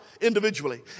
individually